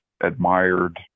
admired